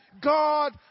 God